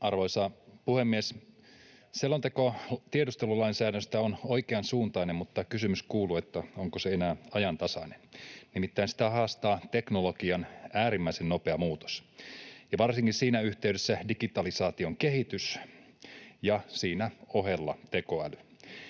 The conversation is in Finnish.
Arvoisa puhemies! Selonteko tiedustelulainsäädännöstä on oikeansuuntainen, mutta kysymys kuuluu, onko se enää ajantasainen. Nimittäin sitä haastaa teknologian äärimmäisen nopea muutos ja varsinkin siinä yhteydessä digitalisaation kehitys ja siinä ohella tekoäly.